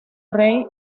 rey